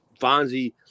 Fonzie